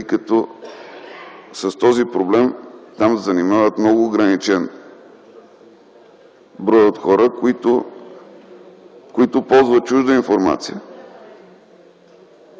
тъй като с този проблем там се занимават много ограничен брой хора, които ползват чужда информация,